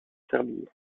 serbie